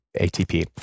ATP